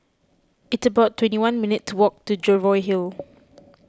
it's about twenty one minutes' walk to Jervois Hill